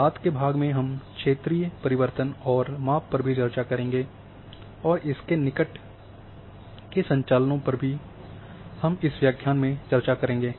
बाद के भाग में हम क्षेत्रीय परिवर्तन और माप पर भी चर्चा करेंगे और इसके निकट के संचालनों पर भी हम इस व्याख्यान में चर्चा करेंगे